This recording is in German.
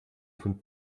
von